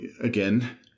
again